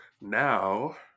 now